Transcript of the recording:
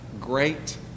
great